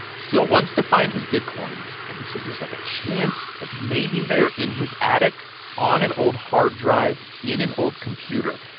syl wants to find his bitcoins, and he says there's, like, a chance that maybe they are in his attic on an old hard drive in an old computer.